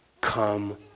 come